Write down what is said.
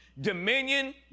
dominion